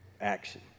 action